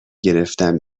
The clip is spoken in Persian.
گرفتم